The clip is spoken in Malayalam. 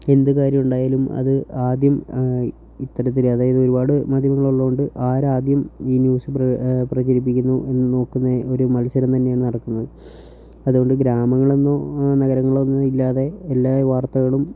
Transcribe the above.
എന്തുകാര്യം ഉണ്ടായാലും അത് ആദ്യം ഇത്തരത്തിൽ അതായത് ഒരുപാട് മാധ്യമങ്ങളുള്ളതുകൊണ്ട് ആരാദ്യം ഈ ന്യൂസ് പ്രചരിപ്പിക്കുന്നു എന്ന് നോക്കുന്ന ഒരു മത്സരം തന്നെയാണ് നടക്കുന്നത് അതുകൊണ്ട് ഗ്രാമങ്ങളെന്നോ നഗരങ്ങളൊന്നും ഇല്ലാതെ എല്ലാ ഈ വാർത്തകളും